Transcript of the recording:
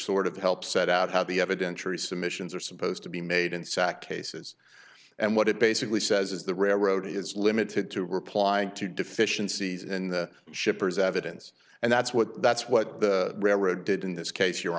sort of help set out how the evidentiary submissions are supposed to be made and sacked cases and what it basically says is the railroad is limited to replying to deficiencies in the shipper's evidence and that's what that's what the railroad did in this case your